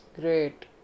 great